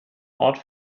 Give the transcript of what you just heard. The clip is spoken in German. ort